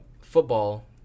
football